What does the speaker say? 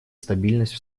стабильность